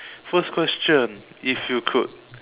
first question if you could